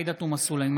עאידה תומא סלימאן,